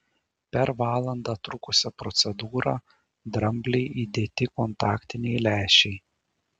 per valandą trukusią procedūrą dramblei įdėti kontaktiniai lęšiai